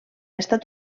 estat